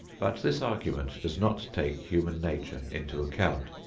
but this argument does not take human nature into account.